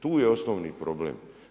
Tu je osnovni problem.